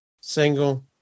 single